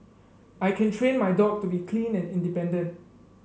I can train my dog to be clean and independent